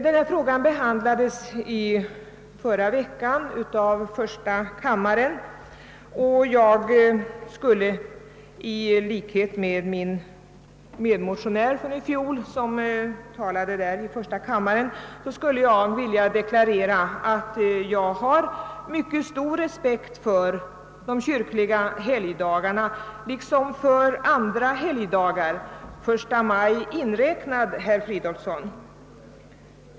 Detta ärende behandlades i förra veckan av första kammaren, och jag skulle 1 likhet med min medmotionär från i fjol när han talade i första kammaren vilja deklarera att jag har mycket stor respekt för de kyrkliga helgdagarna liksom för alla helgdagar — den 1 maj inräknad, herr Fridolfsson i Stockholm.